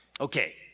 Okay